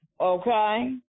Okay